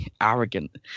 arrogant